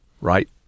right